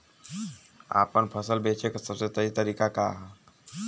आपन फसल बेचे क सबसे सही तरीका का ह?